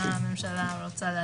מה הממשלה רוצה להציע.